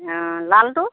অঁ লালটো